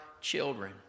children